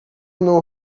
não